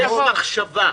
יש מחשבה.